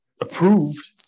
approved